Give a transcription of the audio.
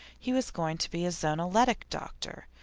he was going to be a zonoletic doctor.